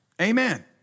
Amen